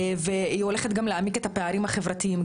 והיא הולכת גם להעמיק את הפערים החברתיים.